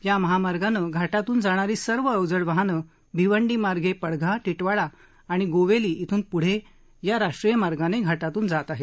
या महामार्गाने घाटातून जाणारी सर्व अवजड वाहने भिवंडी मार्गे पडघा टिटवाळा आणि गोवेली येथून पुढे या राष्ट्रीय मार्गाने घाटातून जात आहेत